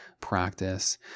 practice